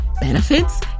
benefits